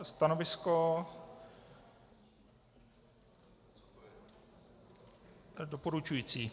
Stanovisko doporučující.